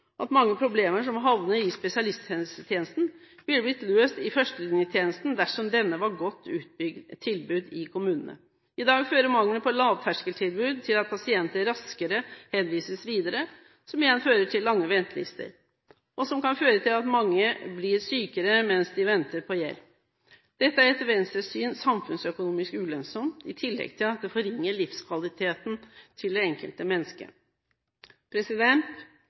at mange problemer som havner i spesialisthelsetjenesten, ville blitt løst i førstelinjetjenesten, dersom denne var et godt utbygd tilbud i kommunene. I dag fører mangel på lavterskeltilbud til at pasienter raskere henvises videre, noe som igjen fører til lange ventelister, og som igjen kan føre til at mange blir sykere mens de venter på hjelp. Dette er etter Venstres syn samfunnsøkonomisk ulønnsomt, i tillegg til at det forringer livskvaliteten til det enkelte